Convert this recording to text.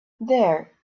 there